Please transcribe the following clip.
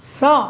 सा